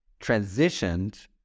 transitioned